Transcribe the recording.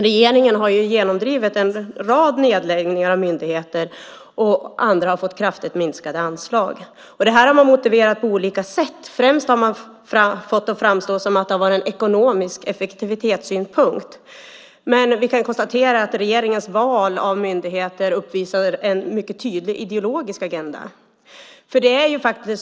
Regeringen har ju genomdrivit en rad nedläggningar av myndigheter, och andra har fått kraftigt minskade anslag. Detta har man motiverat på olika sätt, främst med att det skulle handla om ekonomisk effektivitet. Vi kan dock konstatera att regeringens val av myndigheter uppvisar en mycket tydlig ideologisk agenda.